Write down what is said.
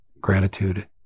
gratitude